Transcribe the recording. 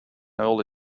early